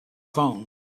phone